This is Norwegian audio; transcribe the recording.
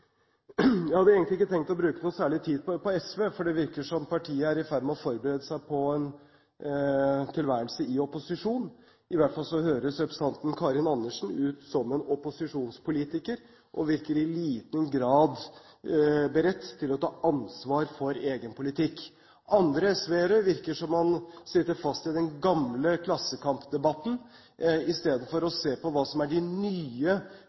Jeg hadde egentlig ikke tenkt å bruke noe særlig tid på SV, for det virker som om partiet er i ferd med å forberede seg på en tilværelse i opposisjon. I hvert fall høres representanten Karin Andersen ut som en opposisjonspolitiker og virker i liten grad beredt til å ta ansvar for egen politikk. Andre SV-ere virker som om de sitter fast i den gamle klassekampdebatten, i stedet for å se på hva som er de nye